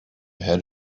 had